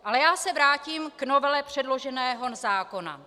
Ale já se vrátím k novele předloženého zákona.